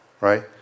Right